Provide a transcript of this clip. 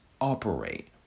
operate